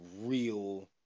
real